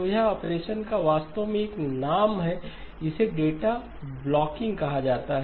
तो यह ऑपरेशन का वास्तव में एक नाम है इसे डेटा ब्लॉकिंग कहा जाता है